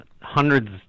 hundreds